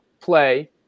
play